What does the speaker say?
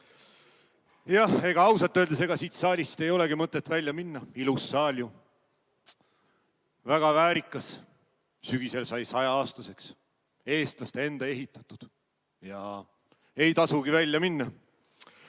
Jah, ega ausalt öeldes siit saalist ei olegi mõtet välja minna. Ilus saal ju! Väga väärikas! Sügisel sai 100‑aastaseks, eestlaste enda ehitatud. Jah, ei tasugi välja minna. Ooohh!